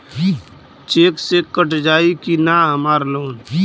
Check से cut जाई की ना हमार लोन?